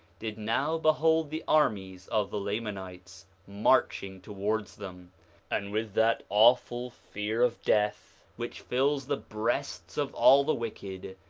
did now behold the armies of the lamanites marching towards them and with that awful fear of death which fills the breasts of all the wicked,